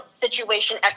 situation